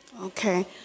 Okay